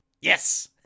Yes